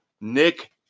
Nick